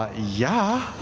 ah yeah!